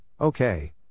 okay